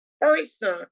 person